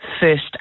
first